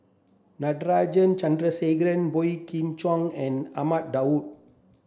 Natarajan Chandrasekaran Boey Kim Cheng and Ahmad Daud